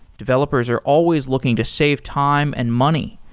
developers are always looking to save time and money,